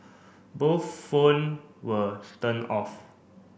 both phone were turn off